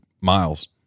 miles